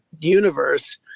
universe